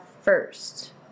first